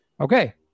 Okay